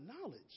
knowledge